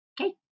Okay